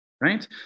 right